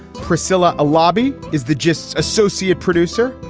priscilla, a lobby is the gist. associate producer.